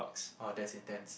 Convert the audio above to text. orh that's intense